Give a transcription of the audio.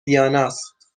دیاناست